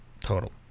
total